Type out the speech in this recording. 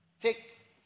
Take